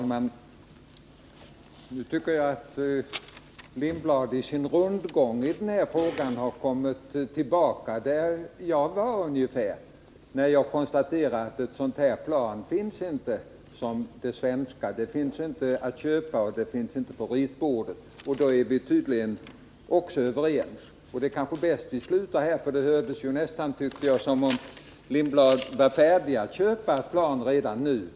Herr talman! Nu tycker jag att Hans Lindblad i sin rundgång i denna fråga har kommit tillbaka ungefär dit där jag var när jag konstaterade att ett sådant plan som det svenska inte finns att köpa och inte finns på ritbordet. Och då är vi tydligen överens. Det är kanske bäst att vi slutar här, för det lät nästan som om Hans Lindblad var färdig att köpa flygplan redan nu.